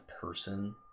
person